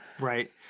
Right